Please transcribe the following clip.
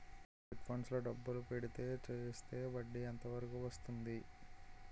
Chit funds లో డబ్బులు పెడితే చేస్తే వడ్డీ ఎంత వరకు వస్తుంది?